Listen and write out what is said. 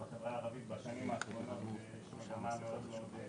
בחברה הערבית בשנים האחרונות יש מגמה מאוד מאוד עקבית.